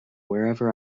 wherever